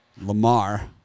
Lamar